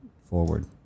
forward